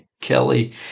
Kelly